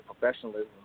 professionalism